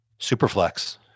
Superflex